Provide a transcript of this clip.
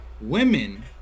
Women